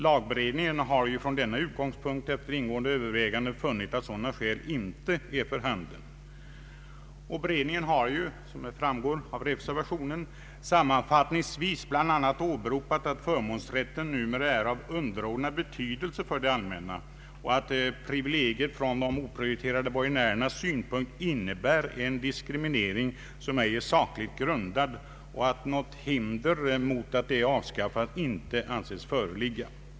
Lagberedningen har ju från denna utgångspunkt efter ingående överväganden funnit att sådana skäl inte är för handen. Den har, som framgår av reservationen, sammanfattningsvis bl.a. åberopat att förmånsrätten numera är av underordnad betydelse för det allmänna, att privilegiet från de oprioriterade borgenärernas synpunkt innebär en diskriminering som ej är sakligt grundad samt att något hinder mot dess avskaffande inte anses föreligga.